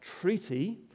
treaty